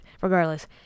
regardless